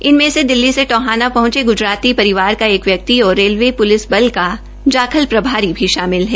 इनमें से दिल्ली से टोहाना पहुंचे ग्जराती परिवार का एक व्यक्ति और रेलवे प्लिस बल का जाखल प्रभारी भी शामिल है